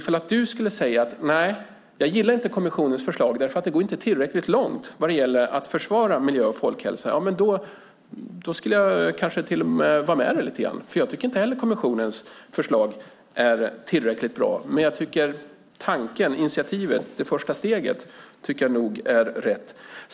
Om du skulle säga att nej, jag gillar inte kommissionens förslag, för det går inte tillräckligt långt när det gäller att försvara miljö och folkhälsa, då skulle jag kanske till och med vara med dig lite grann, för jag tycker inte heller att kommissionens förslag är tillräckligt bra. Men jag tycker nog att tanken, initiativet, det första steget är rätt.